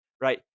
Right